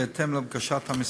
בהתאם לבקשת המשרד.